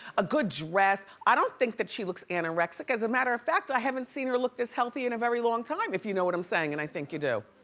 a good dress. i don't think that she looks anorexic. as a matter of fact, i haven't seen her look this healthy in a very long time, if you know what i'm saying, and i think you do.